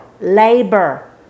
labor